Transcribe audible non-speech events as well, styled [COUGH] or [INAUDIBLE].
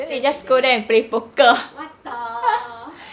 what the [BREATH]